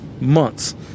months